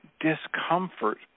discomfort